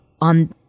on